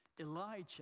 Elijah